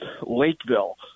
Lakeville